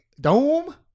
Dome